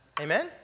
Amen